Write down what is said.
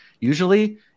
usually